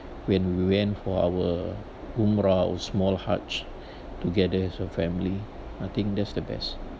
when we went for our whom roused small hutch together as a family I think that's the best